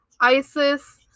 Isis